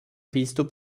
výstup